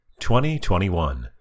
2021